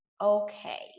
okay